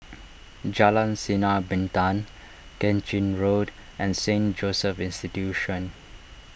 Jalan Sinar Bintang Keng Chin Road and Saint Joseph's Institution